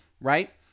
right